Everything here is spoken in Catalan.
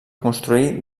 construir